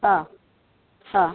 ಹಾಂ ಹಾಂ